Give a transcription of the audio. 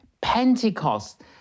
Pentecost